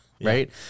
right